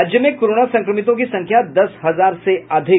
राज्य में कोरोना संक्रमितों की संख्या दस हजार से अधिक